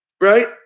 right